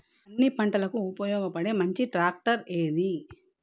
అన్ని పంటలకు ఉపయోగపడే మంచి ట్రాక్టర్ ఏది?